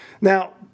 Now